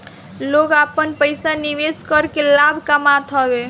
लोग आपन पईसा निवेश करके लाभ कामत हवे